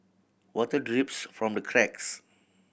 water drips from the cracks